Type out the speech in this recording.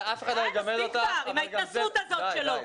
עם כל הסיסמאות שלך אתה יודע לאן אתה צריך ללכת.